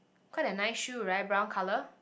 quite a nice shoe right brown colour